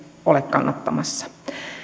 ole kannattamassa